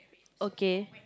okay